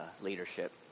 leadership